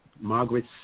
Margaret